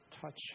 touch